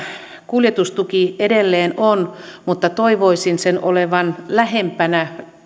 kuljetustuki edelleen on mutta toivoisin sen olevan lähempänä